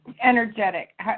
energetic